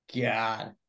God